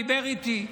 הוא דיבר איתי.